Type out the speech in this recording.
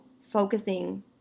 focusing